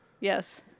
Yes